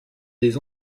des